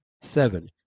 Seven